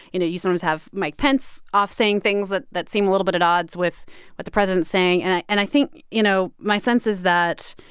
you know you sometimes have mike pence off saying things that that seem a little bit at odds with what the president's saying. and i and i think, you know, my sense is that,